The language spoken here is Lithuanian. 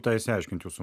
tą išsiaiškint jūsų